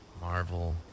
Marvel